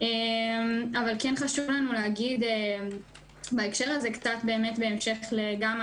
אבל כן חשוב לנו להגיד בהקשר הזה קצת בהמשך למה